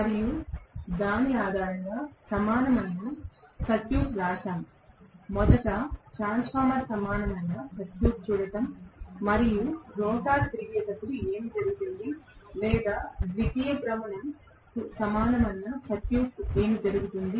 మరియు దాని ఆధారంగా సమానమైన సర్క్యూట్ వ్రాసాము మొదట ట్రాన్స్ఫార్మర్ సమానమైన సర్క్యూట్ చూడటం మరియు రోటర్ తిరిగేటప్పుడు ఏమి జరుగుతుంది లేదా ద్వితీయ భ్రమణం సమానమైన సర్క్యూట్కు ఏమి జరుగుతుంది